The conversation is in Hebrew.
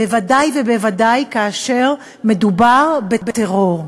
בוודאי כאשר מדובר בטרור.